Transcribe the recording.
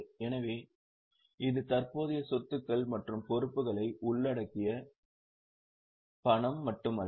எனவே இது தற்போதைய சொத்துக்கள் மற்றும் பொறுப்புகளை உள்ளடக்கிய பணம் மட்டுமல்ல